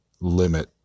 limit